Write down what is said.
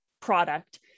product